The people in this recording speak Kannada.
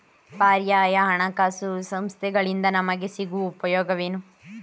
ಪರ್ಯಾಯ ಹಣಕಾಸು ಸಂಸ್ಥೆಗಳಿಂದ ನಮಗೆ ಸಿಗುವ ಉಪಯೋಗವೇನು?